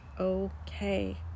okay